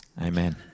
Amen